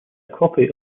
copy